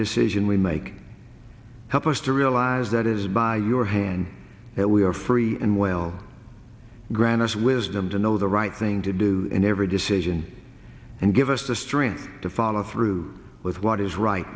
decision we make help us to realize that it is by your hand that we are free and well grannis wisdom to know the right thing to do in every decision and give us the strength to follow through with what is right